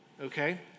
okay